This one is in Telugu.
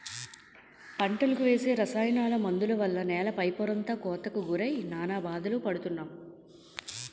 పంటలకు వేసే రసాయన మందుల వల్ల నేల పై పొరంతా కోతకు గురై నానా బాధలు పడుతున్నాం